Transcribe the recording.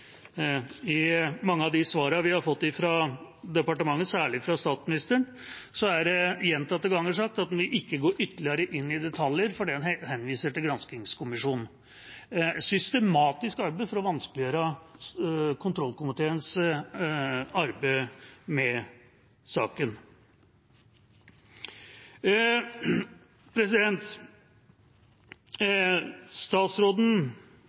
i mange av de svarene vi har fått fra departementet, særlig fra statsministeren, er det gjentatte ganger sagt at en ikke vil gå ytterligere inn i detaljer fordi en henviser til granskingskommisjonen – systematisk arbeid for å vanskeliggjøre kontrollkomiteens arbeid med saken.